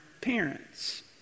parents